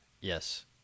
Yes